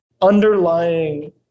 underlying